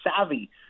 savvy